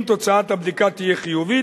אם תוצאת הבדיקה תהיה חיובית,